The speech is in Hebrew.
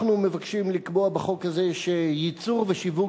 אנחנו מבקשים לקבוע בחוק הזה שייצור ושיווק